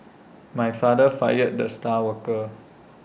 my father fired the star worker